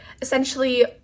essentially